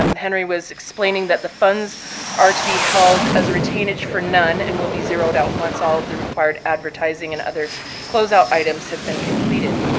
um henry was explaining that the funds are to be held as retainage for none and will be zeroed out once all of the required advertising and other close out items have been completed.